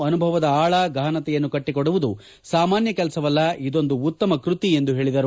ಅನುಭವದ ಆಳ ಗಹನತೆ ಕಟ್ಟಕೊಡುವುದು ಸಾಮಾನ್ಯ ಕೆಲಸವಲ್ಲ ಇದೊಂದು ಉತ್ತಮ ಕೃತಿ ಎಂದು ಹೇಳಿದರು